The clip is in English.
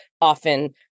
often